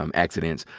um accidents.